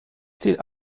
still